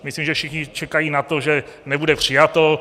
Myslím, že všichni čekají na to, že nebude přijato.